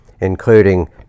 including